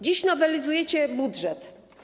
Dziś nowelizujecie budżet.